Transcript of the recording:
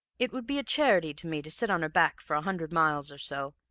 it would be a charity to me to sit on her back for a hundred miles or so,